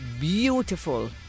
beautiful